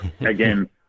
again